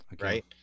right